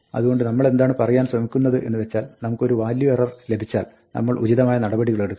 അതുകൊണ്ട് നമ്മളെന്താണ് പറയുവാൻ ശ്രമിക്കുന്നത് എന്ന് വെച്ചാൽ നമുക്ക് ഒരു വാല്യു എറർ ലഭിച്ചാൽ നമ്മൾ ഉചിതമായ നടപടികളെടുക്കണം